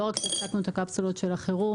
לא רק שהפסקנו את קפסולות החירום,